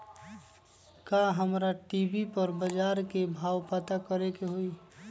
का हमरा टी.वी पर बजार के भाव पता करे के होई?